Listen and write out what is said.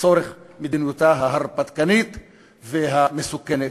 לצורך מדיניותה ההרפתקנית והמסוכנת.